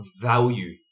value